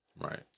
Right